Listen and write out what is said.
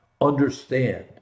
understand